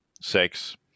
sex